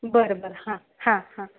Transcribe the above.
बरं बरं हां हां